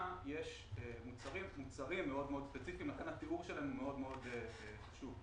יש מוצרים מאוד-מאוד ספציפיים ולכן התיאור שלהם מאוד-מאוד חשוב.